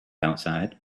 outside